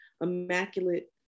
immaculate